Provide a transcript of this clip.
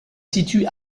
situe